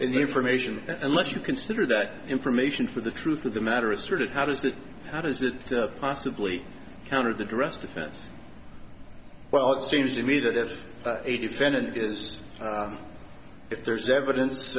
information unless you consider that information for the truth of the matter is sort of how does that how does it possibly counter the drest defense well it seems to me that if a defendant is if there's evidence